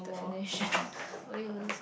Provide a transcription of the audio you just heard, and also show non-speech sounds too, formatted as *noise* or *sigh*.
the finished *noise* why you look so